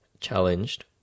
challenged